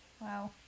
wow